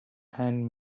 and